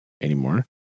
anymore